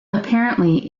apparently